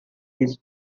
his